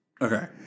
Okay